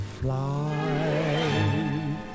fly